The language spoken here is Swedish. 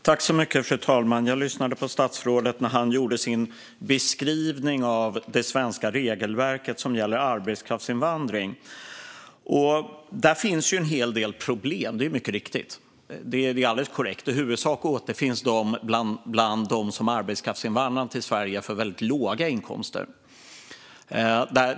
Fru talman! Jag lyssnade på statsrådet när han gjorde sin beskrivning av det svenska regelverket gällande arbetskraftsinvandring. Där finns mycket riktigt en hel del problem. Det är alldeles korrekt. I huvudsak återfinns dessa problem bland dem som arbetskraftsinvandrar till Sverige för väldigt låga inkomster.